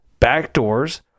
backdoors